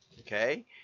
Okay